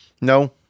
No